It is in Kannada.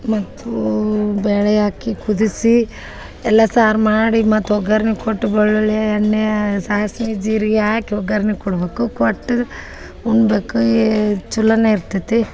ಮತ್ತು ಬ್ಯಾಳೆ ಹಾಕಿ ಕುದಿಸಿ ಎಲ್ಲ ಸಾರು ಮಾಡಿ ಮತ್ತೆ ಒಗ್ಗರ್ಣಿ ಕೊಟ್ಟು ಬೆಳ್ಳುಳ್ಳಿ ಎಣ್ಣೆ ಸಾಸ್ವಿ ಜೀರ್ಗಿ ಹಾಕಿ ಒಗ್ಗರ್ಣೆ ಕೊಡ್ಬಕು ಕೊಟ್ಟು ಉಣ್ಬಕ ಈ ಚಲೋನೆ ಇರ್ತೈತಿ